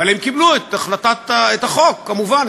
אבל הם קיבלו את החוק, כמובן.